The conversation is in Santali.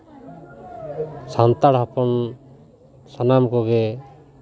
ᱥᱟᱱᱛᱟᱲ ᱦᱚᱯᱚᱱ ᱥᱟᱱᱟᱢ ᱠᱚᱜᱮ